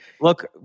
look